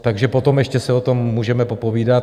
Takže potom ještě si o tom můžeme popovídat.